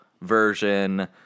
Version